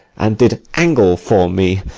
and did angle for me,